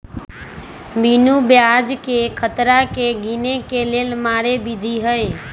बिनु ब्याजकें खतरा के गिने के लेल मारे विधी हइ